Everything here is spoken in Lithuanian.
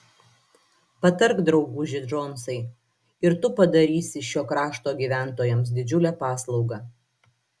patark drauguži džonsai ir tu padarysi šio krašto gyventojams didžiulę paslaugą